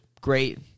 great